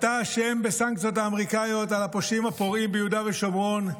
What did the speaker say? אתה אשם בסנקציות האמריקאיות על הפושעים הפורעים ביהודה ושומרון,